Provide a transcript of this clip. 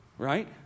right